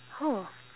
[ho]